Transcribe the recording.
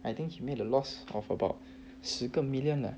I think he made a loss of about 十个 million eh